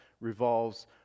revolves